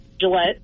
Gillette